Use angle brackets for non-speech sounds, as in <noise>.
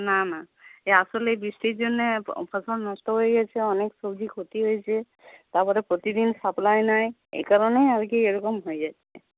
না না এ আসলে বৃষ্টির জন্যে <unintelligible> ফসল নষ্ট হয়ে গেছে অনেক সবজির ক্ষতি হয়েচে তারপরে প্রতিদিন সাপ্লাই নাই এই কারণে আর কি এরকম হয়ে গেছে